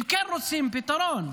הם כן רוצים פתרון,